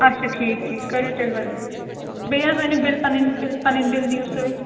اچھا ٹھیٖک ٹھیٖک کٔرو تیٚلہِ ؤلِو بیٚیہِ حظ أنِو بِل پَنٕنۍ بِل پَنٕنۍ بِل دِیو سۭتۍ